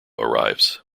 arrives